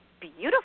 beautiful